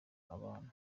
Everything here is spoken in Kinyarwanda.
abantu